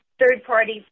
third-party